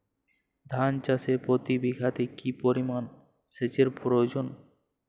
ধান চাষে প্রতি বিঘাতে কি পরিমান সেচের প্রয়োজন?